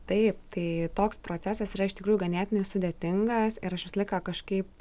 taip tai toks procesas yra iš tikrųjų ganėtinai sudėtingas ir aš visą laiką kažkaip